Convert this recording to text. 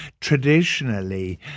traditionally